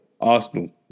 Arsenal